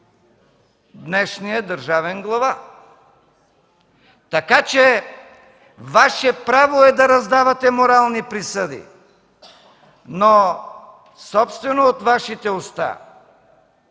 днешния държавен глава. Така че Ваше право е да раздавате морални присъди, но собствено от Вашите уста